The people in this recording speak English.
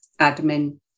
Admin